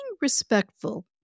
respectful